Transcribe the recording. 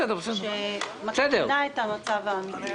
לא הוצאות אלא הצגת מצב שמסתירה את המצב האמיתי.